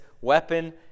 weapon